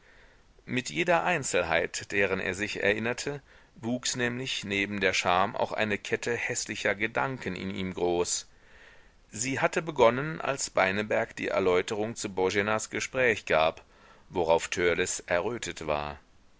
mit jeder einzelheit deren er sich erinnerte wuchs nämlich neben der scham auch eine kette häßlicher gedanken in ihm groß sie hatte begonnen als beineberg die erläuterung zu boenas gespräch gab worauf törleß errötet war